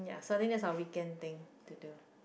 suddenly that's our weekend thing to do